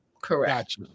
Correct